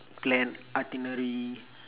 plan itinerary